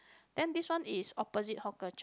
then this one is opposite Hawker Chan